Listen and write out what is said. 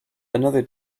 another